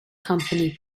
company